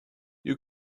you